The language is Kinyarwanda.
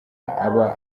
aba